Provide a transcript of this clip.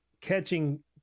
catching